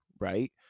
Right